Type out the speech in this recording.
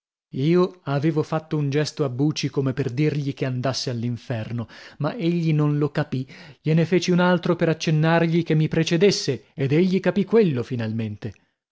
io avevo fatto un gesto a buci come per dirgli che andasse all'inferno ma egli non lo capì gliene feci un altro per accennargli che mi precedesse ed egli capì quello finalmente